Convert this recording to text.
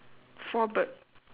four bird